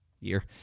year